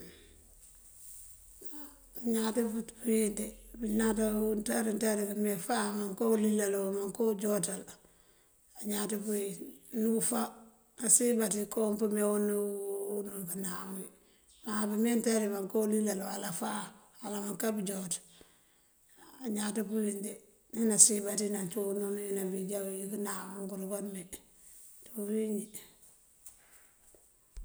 Á añaţ buţ pëwín de pënaţa nţari nţari këmee fáan manká ulilal o manká ujooţal añaţ pëwin. Unú fá nasiyën baţí koo pëmee unú wí kënak wí má pëmee nţari manko ulilal wala fáan wala manká bëjooţ añaţ pëwín de. Me nasiyën baţí naŋ cúun unú wí nabíjá wul wí kënak këduka mee dí uwínjí.